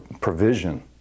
provision